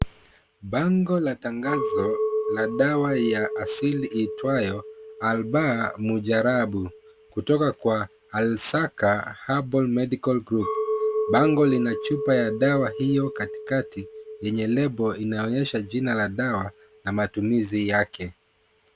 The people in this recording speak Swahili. Bango la tangazo la dawa ya asili iitwayo Albaa Mujarrabu kutoka kwa Ahasaka Herbal Medical Group. Bango lina chupa ya dawa hiyo katikati yenye lebo inaonyesha jina la dawa na matumizi yake.